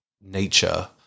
nature